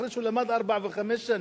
אחרי שהוא למד ארבע וחמש שנים,